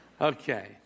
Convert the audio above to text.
Okay